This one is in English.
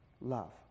love